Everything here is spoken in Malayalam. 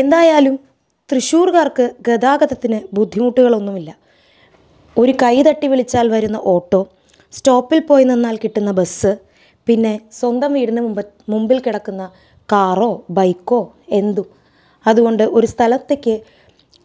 എന്തായാലും തൃശൂര്കാർക്ക് ഗതാഗതത്തിന് ബുദ്ധിമുട്ടുകളൊന്നും ഇല്ല ഒരു കൈ തട്ടി വിളിച്ചാൽ വരുന്നത് ഓട്ടോ സ്റ്റോപ്പിൽ പോയി നിന്നാൽ കിട്ടുന്ന ബസ് പിന്നെ സ്വന്തം വീടിന് മുൻപിൽ കിടക്കുന്ന കാറോ ബൈക്കോ എന്തും അതുകൊണ്ട് ഒരു സ്ഥലത്തേക്ക്